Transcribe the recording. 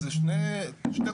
זה שתי תכניות,